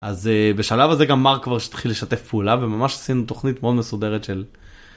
אז, בשלב הזה גם מארק כבר ש... התחיל לשתף פעולה, וממש עשינו תוכנית מאוד מסודרת של...